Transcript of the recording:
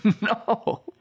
No